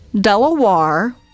Delaware